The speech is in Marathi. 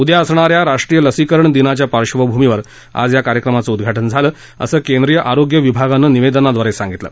उद्या असणाऱ्या राष्ट्रीय लसीकरण दिनाच्या पार्श्वभूमीवर आज या कार्यक्रमाचं उद्घाटन झालं असं केंद्रीय आरोग्य विभागानं निवेदनाद्वारे सांगितलं